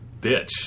bitch